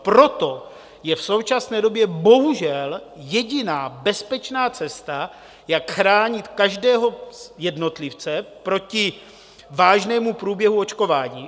Proto je v současné době bohužel jediná bezpečná cesta, jak chránit každého jednotlivce proti vážnému průběhu očkování.